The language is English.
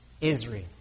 Israel